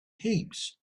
heaps